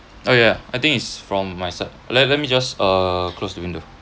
oh yeah I think it's from my side let let me just err close the window